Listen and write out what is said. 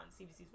cbc's